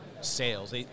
sales